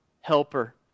helper